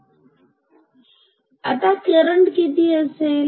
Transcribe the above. मग आता हा करंट किती असेल